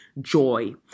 joy